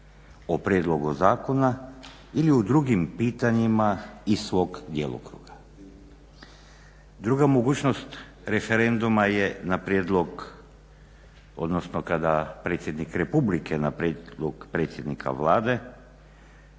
o prijedlogu zakona ili u drugim pitanjima iz svog djelokruga. Druga mogućnost referenduma je na prijedlog, odnosno kada predsjednik republike na prijedlog predsjednika Vlade